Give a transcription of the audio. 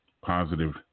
positive